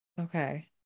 Okay